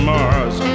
Mars